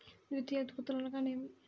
ద్వితీయ ఉత్పత్తులు అనగా నేమి?